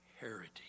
heritage